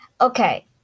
okay